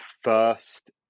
first